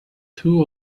two